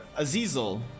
Azizel